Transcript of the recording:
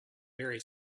very